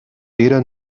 era